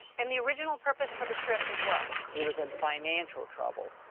and the original purpose for the trip was what? he was in financial trouble.